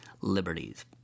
liberties